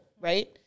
right